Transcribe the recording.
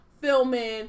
filming